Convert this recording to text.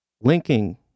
linking